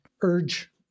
urge